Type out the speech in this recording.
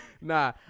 Nah